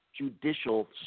judicial